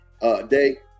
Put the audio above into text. day